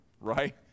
Right